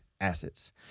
assets